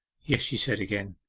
yes, she said again,